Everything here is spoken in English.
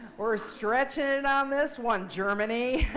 we're ah stretching it on this one, germany!